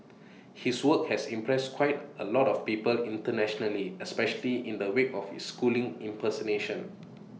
his work has impressed quite A lot of people internationally especially in the wake of his schooling impersonation